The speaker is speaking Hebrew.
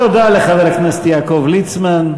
תודה לחבר הכנסת יעקב ליצמן,